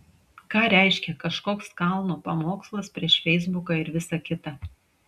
ką reiškia kažkoks kalno pamokslas prieš feisbuką ir visa kita